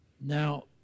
Now